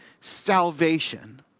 salvation